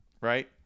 Right